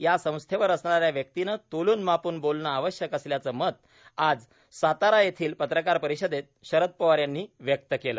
या संस्थेवर असणाऱ्या व्यक्तीने तोलुनमापुन बोलणे आवश्यक असल्याचे मत आज सातारा येथील पत्रकार परिषदेत शरद पवार यांनी व्यक्त केले